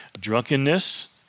drunkenness